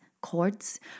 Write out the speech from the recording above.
chords